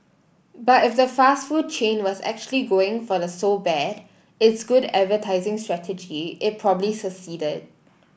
but if the fast food chain was actually going for the so bad it's good advertising strategy it probably succeeded